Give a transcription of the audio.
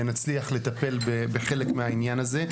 נצליח לטפל בחלק מהעניין הזה.